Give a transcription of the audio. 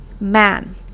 man